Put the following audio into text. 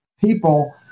people